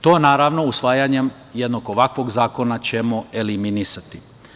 To, naravno, usvajanjem jednog ovakvog zakona ćemo eliminisati.